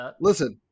listen